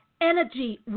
energy